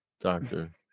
Doctor